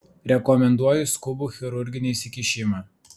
rekomenduoju skubų chirurginį įsikišimą